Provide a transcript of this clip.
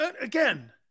Again